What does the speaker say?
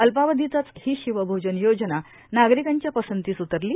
अल्पावधीतच हि शिवभोजन योजना नागरिकांच्या पसंतीस उतरली